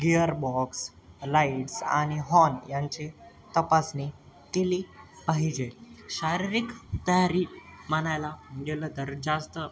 gearbox lights आणि horn यांची तपासणी केली पाहिजे शारीरिक तयारी म्हणायला गेलं तर जास्त